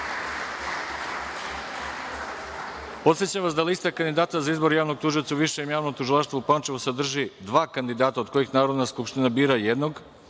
vas da liste kandidata za izbor javnog tužioca u Višem javnom tužilaštvu u Pančevu sadrži dva kandidata od kojih Narodna skupština bira jednog. Imajući